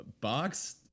box